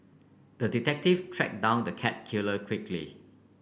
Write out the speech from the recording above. the detective track down the cat killer quickly